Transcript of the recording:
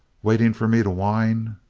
waiting for me to whine?